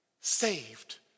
saved